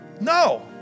No